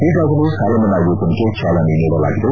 ಈಗಾಗಲೇ ಸಾಲಮನ್ನಾ ಯೋಜನೆಗೆ ಚಾಲನೆ ನೀಡಲಾಗಿದೆ